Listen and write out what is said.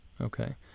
Okay